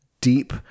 deep